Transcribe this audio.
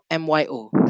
myo